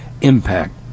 impact